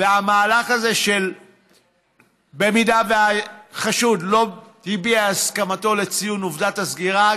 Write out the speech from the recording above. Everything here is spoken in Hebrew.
והמהלך הזה שאם החשוד לא הביע הסכמתו לציון עובדת הסגירה,